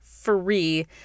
Free